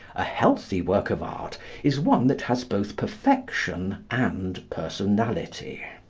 a healthy work of art is one that has both perfection and personality.